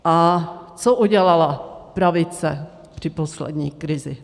A co udělala pravice při poslední krizi?